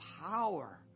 power